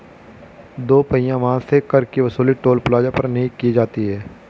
दो पहिया वाहन से कर की वसूली टोल प्लाजा पर नही की जाती है